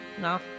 no